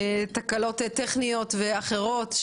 תקלות טכניות ואחרות,